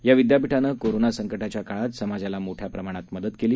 याविद्यापिठानंकोरोनासंकटाच्याकाळातसमाजालामोठ्याप्रमाणातमदतकेली